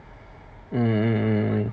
mm mm